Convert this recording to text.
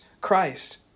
Christ